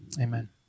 Amen